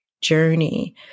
journey